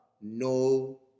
no